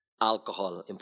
alcohol